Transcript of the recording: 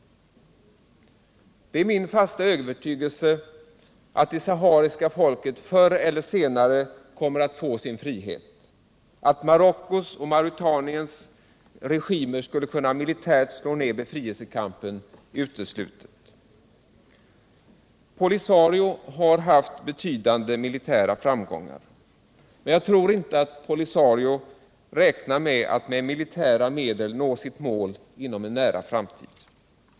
Det är min fasta övertygelse att det sahariska folket förr eller senare kommer att få sin frihet. Att Marockos och Mauretaniens regimer militärt skall kunna slå ned befrielsekampen är uteslutet. POLISARIO har haft betydande militära framgångar, men jag tror inte att POLISARIO räknar med att med militära medel nå sitt mål inom en nära framtid.